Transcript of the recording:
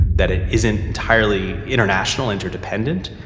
that it isn't entirely international interdependent,